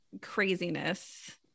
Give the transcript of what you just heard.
craziness